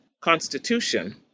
Constitution